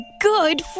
good